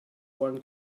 one